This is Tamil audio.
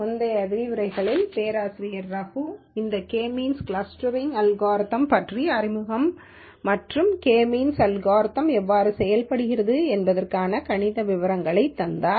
முந்தைய விரிவுரைகளில் பேராசிரியர் ரகு இந்த கே மீன்ஸ் க்ளஸ்டரிங் அல்காரிதம் பற்றிய அறிமுகம் மற்றும் இந்த கே மீன்ஸ் அல்காரிதம் எவ்வாறு செயல்படுகிறது என்பதற்கான கணித விவரங்களை தந்தார்